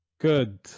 good